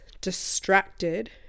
distracted